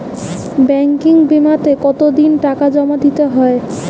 Banking বিমাতে কত দিন টাকা জমা দিতে হয়?